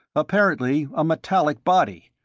apparently a metallic body.